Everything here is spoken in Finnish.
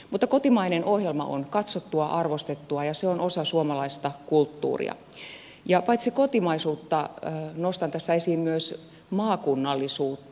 mutta kotimainen ohjelma on katsottua arvostettua ja se on osa suomalaista kulttuuria ja paitsi kotimaisuutta nostan tässä esiin myös maakunnallisuutta